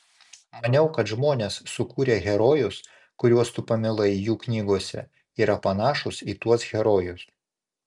maniau kad žmonės sukūrę herojus kuriuos tu pamilai jų knygose yra panašūs į tuos herojus